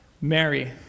Mary